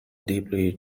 deeply